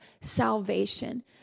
salvation